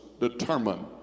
determined